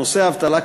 נושא האבטלה,